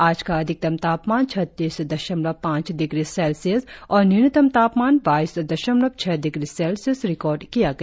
आज का अधिकतम तापमान छत्तीस दशमलव पांच डिग्री सेस्लियस और न्यूनतम तापमान बाईस दशमलव छह डिग्री सेल्सियस रिकॉर्ड किया गया